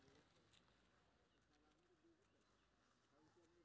आलु के रोपाई के लेल व धान के रोपाई के लेल यन्त्र सहि रहैत कि ना?